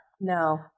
No